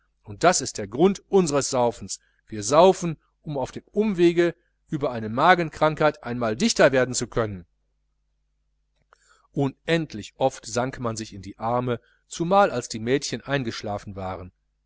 und das ist der grund unsres saufens wir saufen um auf dem umwege über eine magenkrankheit einmal dichter werden zu können unendlich oft sank man sich in die arme zumal als die mädchen eingeschlafen waren